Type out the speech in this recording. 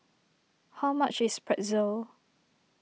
how much is Pretzel